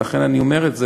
ולכן אני אומר את זה,